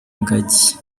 ingagi